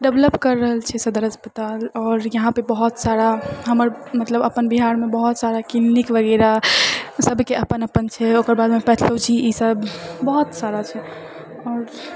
develop करि रहल छै सदर अस्पताल आओर यहाँ पे बहुत सारा हमर मतलब अपन बिहारमे बहुत सारा क्लिनिक वगैरह सबके अपन अपन छै ओकर बादमे पैथोलॉजी ई सब बहुत सारा छै आओर